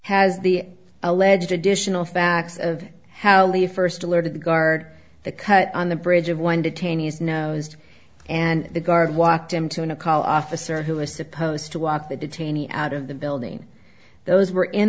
has the alleged additional facts of how they first alerted the guard the cut on the bridge of one detainees nosed and the guard walked him to a call officer who was supposed to walk the detainee out of the building those were in